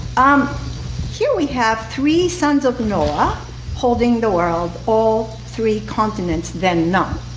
um here we have three sons of noah holding the world, all three continents, then none.